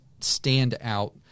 standout